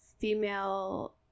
female